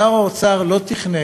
שר האוצר לא תכנן,